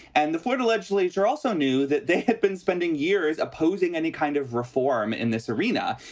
and the florida legislature also knew that they had been spending years opposing any kind of reform in this arena.